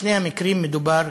בשני המקרים מדובר